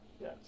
Yes